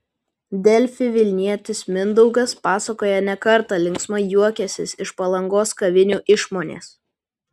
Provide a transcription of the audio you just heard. delfi vilnietis mindaugas pasakoja ne kartą linksmai juokęsis iš palangos kavinių išmonės